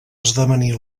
esdevenir